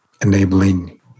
enabling